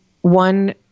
one